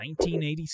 1987